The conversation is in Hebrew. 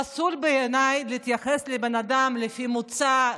פסול בעיניי להתייחס לבן אדם לפי מוצא,